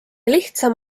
lihtsam